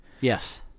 yes